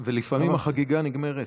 ולפעמים החגיגה נגמרת,